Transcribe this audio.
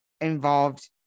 involved